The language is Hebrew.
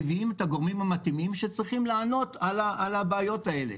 מביאים את הגורמים המתאימים שצריכים לענות על הבעיות האלה,